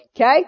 Okay